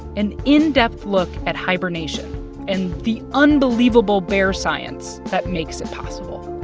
an in-depth look at hibernation and the unbelievable bear science that makes it possible.